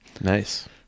Nice